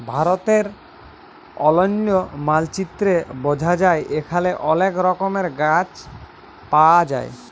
ভারতের অলন্য মালচিত্রে বঝা যায় এখালে অলেক রকমের গাছ পায়া যায়